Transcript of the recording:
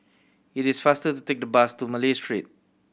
it is faster to take the bus to Malay Street